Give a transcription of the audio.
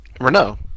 Renault